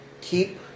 keep